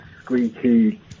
squeaky